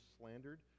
slandered